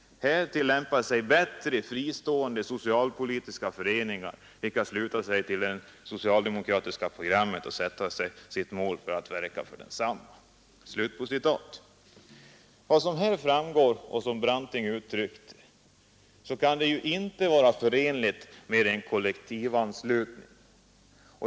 Härtill lämpa sig bättre fristående, social Politiska föreningar, vilka sluta sig till det socialdemokratiska programmet och sätta som sitt mål att verka för detsamma.” Den tanke som Branting här uttryckt kan inte vara förenlig med en kollektivanslutning.